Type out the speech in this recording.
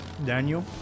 daniel